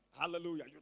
Hallelujah